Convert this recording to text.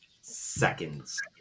seconds